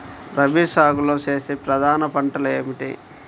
రబీలో సాగు చేసే ప్రధాన పంటలు ఏమిటి?